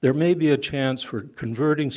there may be a chance for converting